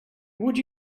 would